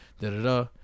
da-da-da